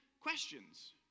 questions